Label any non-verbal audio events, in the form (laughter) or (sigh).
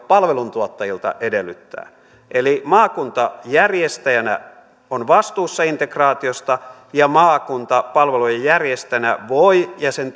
palveluntuottajilta edellyttää maakunta järjestäjänä on vastuussa integraatiosta ja maakunta palvelujen järjestäjänä voi ja sen (unintelligible)